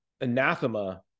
anathema